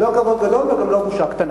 לא כבוד גדול וגם לא בושה קטנה.